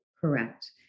correct